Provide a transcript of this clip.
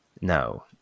no